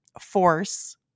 Force